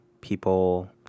people